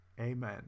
Amen